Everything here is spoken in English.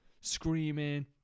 screaming